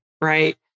right